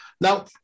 Now